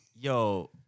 Yo